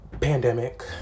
pandemic